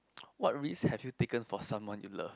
what risk have you taken for someone you love